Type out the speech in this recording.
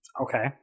Okay